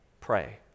Pray